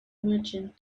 merchant